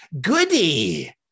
goody